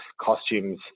costumes